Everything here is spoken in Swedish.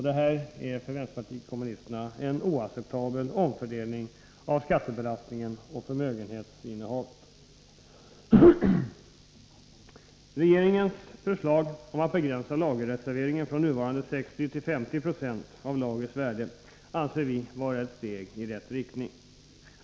Detta är för vänsterpartiet kommunisterna en oacceptabel omfördelning av skattebelastningen och förmögenhetsinnehavet. Regeringens förslag att begränsa lagerreserveringen från nuvarande 60 96 till 50 96 av lagrets värde är ett steg i rätt riktning.